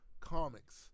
comics